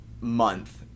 month